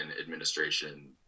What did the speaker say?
administration